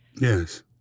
Yes